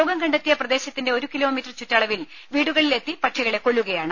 രോഗം കണ്ടത്തിയ പ്രദേശത്തിന്റെ ഒരു കിലോമീറ്റർ ചുറ്റളവിൽ വീടുകളിലെത്തി പക്ഷികളെ കൊല്ലുകയാണ്